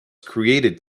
created